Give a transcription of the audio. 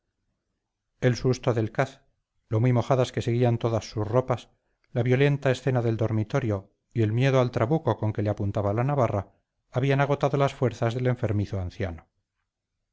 el susto del caz lo muy mojadas que seguían todas sus ropas la violenta escena del dormitorio y el miedo al trabuco con que le apuntaba la navarra habían agotado las fuerzas del enfermizo anciano